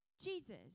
Jesus